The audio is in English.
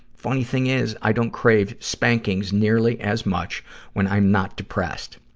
funny thing is, i don't crave spankings nearly as much when i'm not depressed.